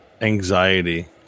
anxiety